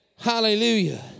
Hallelujah